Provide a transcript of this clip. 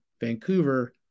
Vancouver